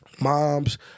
Moms